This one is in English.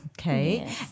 Okay